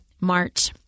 March